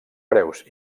preus